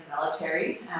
military